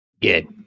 Good